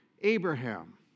Abraham